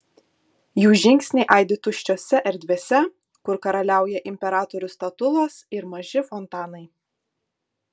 jų žingsniai aidi tuščiose erdvėse kur karaliauja imperatorių statulos ir maži fontanai